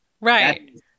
Right